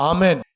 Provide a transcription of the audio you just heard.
Amen